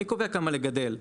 אני קובע כמה לגדל,